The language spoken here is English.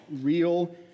real